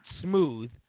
smooth